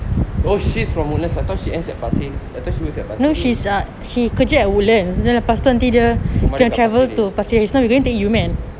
oh she's from woodlands I thought she's at pasir she was at pasir ris rumah dia dekat pasir ris